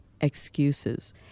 excuses